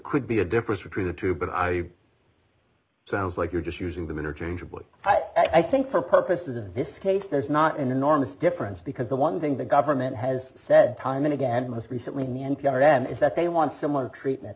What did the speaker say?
could be a difference between the two but i sounds like you're just using them interchangeably i think for purposes of this case there's not an enormous difference because the one thing the government has said time and again most recently n p r m is that they want similar treatment